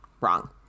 Wrong